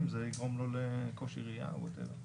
זה יגרום לו לקושי ראייה או whatever.